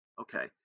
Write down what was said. okay